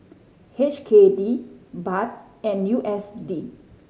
H K D Baht and U S D